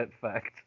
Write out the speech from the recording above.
fact